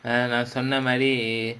நான் சொன்ன மாதிரி:naan sonna maadhiri